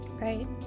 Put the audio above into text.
Right